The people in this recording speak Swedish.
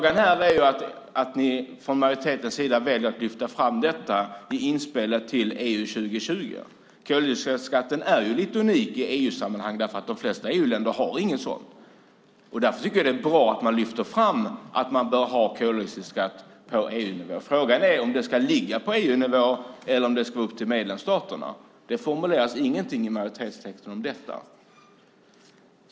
Majoriteten väljer att lyfta fram detta i inspelet till EU 2020. Koldioxidskatten är lite unik i EU-sammanhang eftersom de flesta EU-länder inte har någon sådan. Därför tycker jag att det är bra att det lyfts fram att vi bör ha koldioxidskatt på EU-nivå. Frågan är dock om beslutet ska ligga på EU-nivå eller om det ska vara upp till medlemsstaterna att bestämma. I majoritetstexten sägs ingenting om det.